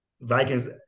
Vikings